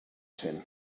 cent